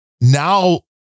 Now